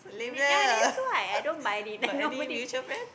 ya that's why I don't buy it nobody